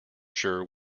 sure